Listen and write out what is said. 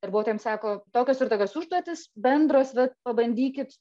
darbuotojams sako tokios ir tokios užduotys bendros vat pabandykit